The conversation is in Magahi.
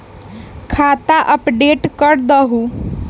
खाता अपडेट करदहु?